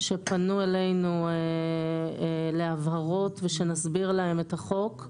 שפנו אלינו להבהרות ושנסביר להם את החוק.